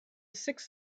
six